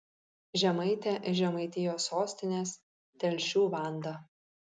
žemaitė iš žemaitijos sostinės telšių vanda